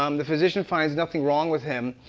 um the physician finds nothing wrong with him.